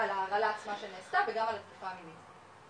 ההרעלה עצמה שנעשתה וגם על התקיפה המינית.